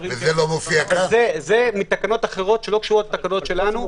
זה בתקנות אחרות שלא קשורות לתקנות שלנו.